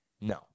No